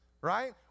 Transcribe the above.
Right